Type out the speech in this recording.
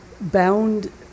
bound